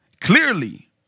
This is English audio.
clearly